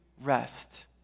rest